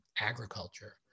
agriculture